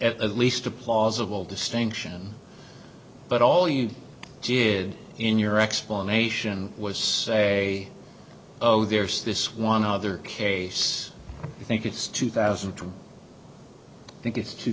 it at least a plausible distinction but all you did in your explanation was say oh there's this one other case you think it's two thousand think it's two